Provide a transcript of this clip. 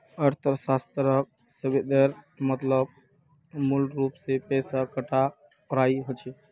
अर्थशाश्त्र शब्देर मतलब मूलरूप से पैसा टकार पढ़ाई होचे